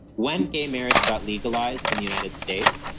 when gay marriage got legalized in the united states,